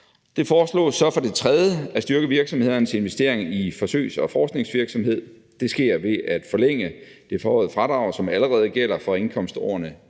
Det foreslås for det tredje at styrke virksomhedernes investeringer i forsøgs- og forskningsvirksomhed. Det sker ved at forlænge det forhøjede fradrag, som allerede gælder for indkomstårene